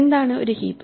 എന്താണ് ഒരു ഹീപ്പ്